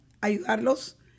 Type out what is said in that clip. ayudarlos